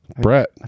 Brett